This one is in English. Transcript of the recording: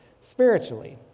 spiritually